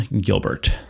Gilbert